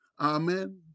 Amen